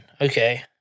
Okay